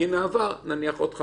כרגע צריך להוסיף את זה כאן.